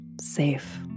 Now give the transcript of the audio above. safe